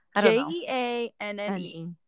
J-E-A-N-N-E